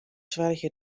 soargje